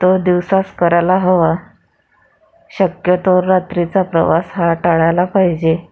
तो दिवसाच करायला हवा शक्यतो रात्रीचा प्रवास हा टाळायला पाहिजे